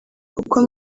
kuko